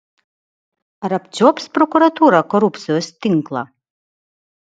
ar apčiuops prokuratūra korupcijos tinklą